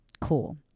Cool